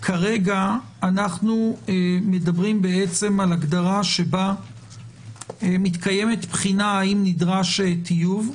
כרגע אנו מדברים על הגדרה שבה מתקיימת בחינה האם נדרש טיוב.